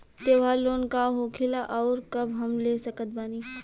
त्योहार लोन का होखेला आउर कब हम ले सकत बानी?